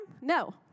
No